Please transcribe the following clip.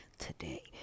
Today